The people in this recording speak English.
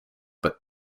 but